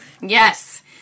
Yes